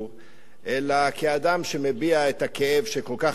אלא כאדם שמביע את הכאב של כל כך הרבה אנשים,